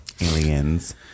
aliens